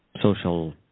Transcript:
social